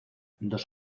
dos